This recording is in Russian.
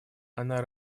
она